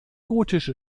gotische